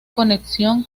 conexión